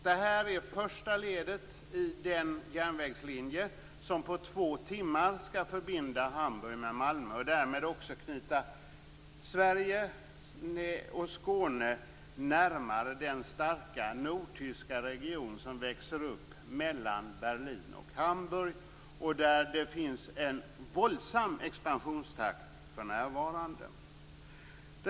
Det här är första ledet när det gäller en järnvägslinje som på två timmar skall förbinda Hamburg med Malmö och därmed knyta Sverige och Skåne närmare den starka nordtyska region som växer upp mellan Berlin och Hamburg. Där är expansionstakten för närvarande våldsam.